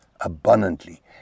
abundantly